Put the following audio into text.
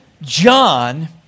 John